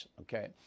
okay